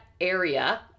area